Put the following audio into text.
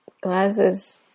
glasses